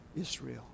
Israel